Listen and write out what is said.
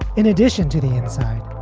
in addition to the inside,